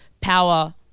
power